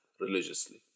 religiously